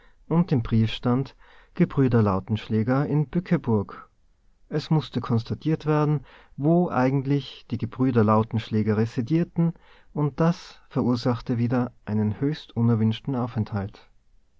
und im brief stand gebrüder lautenschläger in bückeburg es mußte konstatiert werden wo eigentlich die gebrüder lautenschläger residierten und das verursachte wieder einen höchst unerwünschten aufenthalt